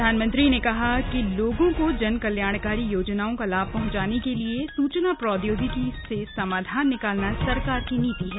प्रधानमंत्री ने कहा कि लोगों को जन कल्याणकारी योजनाओं का लाभ पहुंचाने के लिए सूचना प्रौद्योगिकी से समाधान निकालना सरकार की नीति है